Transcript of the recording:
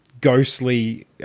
ghostly